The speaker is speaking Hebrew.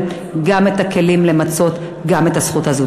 גם את הכלים למצות גם את הזכות הזאת.